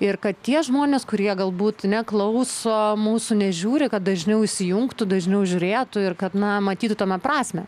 ir tie žmonės kurie galbūt neklauso mūsų nežiūri kad dažniau įsijungtų dažniau žiūrėtų ir kad na matytų tame prasmę